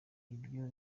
ibyo